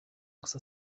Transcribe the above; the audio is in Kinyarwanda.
gusa